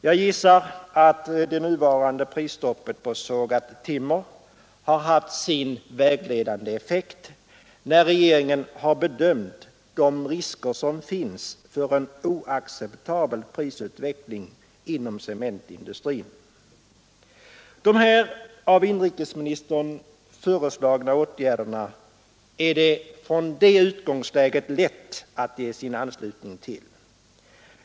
Jag gissar att det nuvarande prisstoppet på sågat timmer har haft sin vägledande effekt när regeringen har bedömt de risker som finns för en oacceptabel De här av industriministern föreslagna åtgärderna är det från det utgångsläge som regeringen valt lätt att ge sin anslutning till.